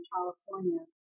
California